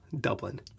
Dublin